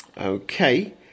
okay